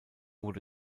wurde